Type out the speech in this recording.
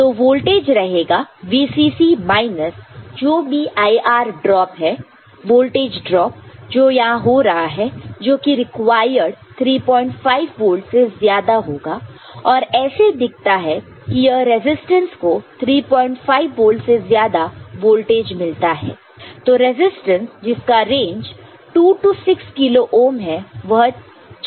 तो वोल्टेज रहेगा VCC minus जो भी IR ड्रॉप है वोल्टेज ड्रॉप जो यहां हो रहा है जोकि रिक्वायर्ड 35 वोल्ट से ज्यादा होगा और ऐसा दिखता है कि यह रेजिस्टेंस को 35 वोल्ट से ज्यादा वोल्टेज मिलता है तो रेजिस्टेंस जिसका रेंज 2 6 किलो ओम है वह चल जाएगा